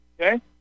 okay